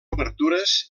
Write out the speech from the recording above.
obertures